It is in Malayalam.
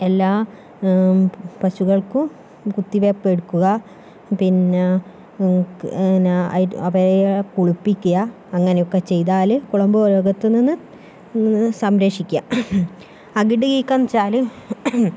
എല്ലാ പശുക്കൾക്കും കുത്തിവെപ്പ് എടുക്കുക പിന്നെ പിന്നെ അവരെ കുളിപ്പിക്കുക അങ്ങനെ ഒക്കെ ചെയ്താല് കുളമ്പു രോഗത്തിൽ നിന്ന് നിന്ന് സംരക്ഷിക്കുക അകിട് വീക്കം എന്ന് വെച്ചാൽ